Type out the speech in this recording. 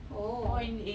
oh